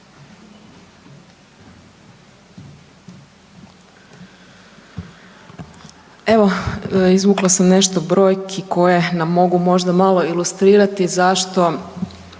Evo izvukla sam nešto brojki koje nam mogu možda malo ilustrirati zašto